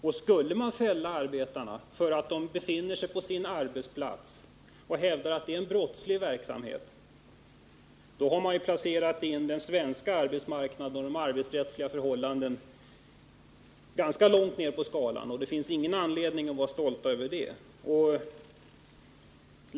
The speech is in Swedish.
Och skulle man fälla arbetarna för att de befunnit sig på sin arbetsplats och hävda att det är brottslig verksamhet, har man placerat den svenska arbetsmarknaden och de arbetsrättsliga förhållandena ganska långt ned på skalan. Det finns ingen anledning att vara stolt över det.